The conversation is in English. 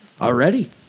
already